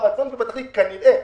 כנראה,